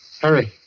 Hurry